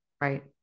right